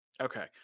Okay